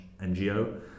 NGO